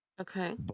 Okay